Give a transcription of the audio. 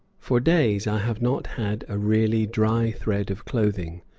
for days i have not had a really dry thread of clothing,